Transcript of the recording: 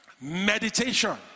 meditation